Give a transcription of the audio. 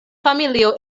familio